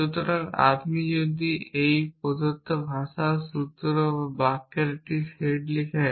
সুতরাং আপনি যদি একটি প্রদত্ত ভাষায় সূত্র বা বাক্যের একটি সেট লেখেন